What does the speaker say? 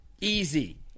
Easy